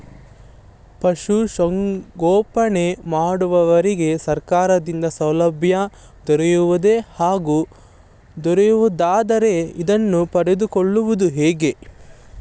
ಪಶುಸಂಗೋಪನೆ ಮಾಡುವವರಿಗೆ ಸರ್ಕಾರದಿಂದ ಸಾಲಸೌಲಭ್ಯ ದೊರೆಯುವುದೇ ಹಾಗೂ ದೊರೆಯುವುದಾದರೆ ಇದನ್ನು ಪಡೆದುಕೊಳ್ಳುವುದು ಹೇಗೆ?